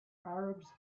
arabs